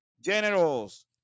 Generals